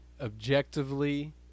objectively